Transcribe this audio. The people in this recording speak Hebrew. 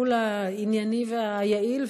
הטיפול הענייני והיעיל.